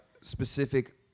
specific